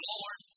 Lord